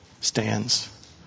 stands